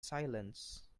silence